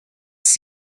seen